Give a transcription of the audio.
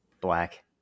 Black